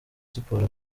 siporo